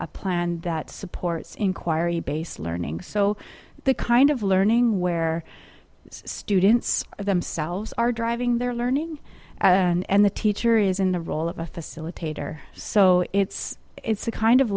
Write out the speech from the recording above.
a plan that supports inquiry based learning so the kind of learning where students themselves are driving their learning and the teacher is in the role of a facilitator so it's it's a kind of